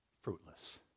fruitless